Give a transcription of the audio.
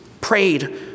prayed